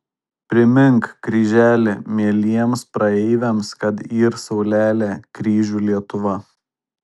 primink kryželi mieliems praeiviams kad yr saulelė kryžių lietuva